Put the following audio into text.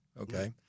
Okay